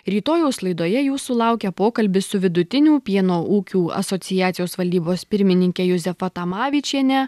rytojaus laidoje jūsų laukia pokalbis su vidutinių pieno ūkių asociacijos valdybos pirmininke juzefa tamavičiene